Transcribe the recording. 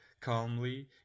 calmly